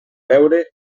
veure